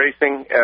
racing